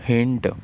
ਹਿੰਡ